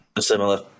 Similar